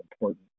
important